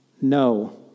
no